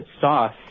sauce